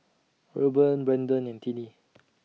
Rueben Brenden and Tinie